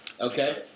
Okay